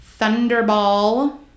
Thunderball